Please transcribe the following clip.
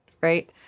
right